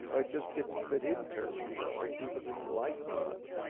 i just didn't fit in terribly well. people didn't like me much.